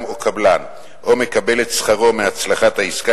או קבלן או מקבל את שכרו מהצלחת העסקה,